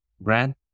brand